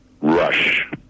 Rush